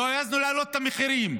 לא העזנו להעלות את המחירים.